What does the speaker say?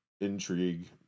intrigue